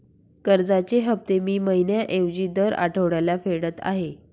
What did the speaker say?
कर्जाचे हफ्ते मी महिन्या ऐवजी दर आठवड्याला फेडत आहे